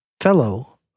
fellow